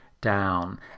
down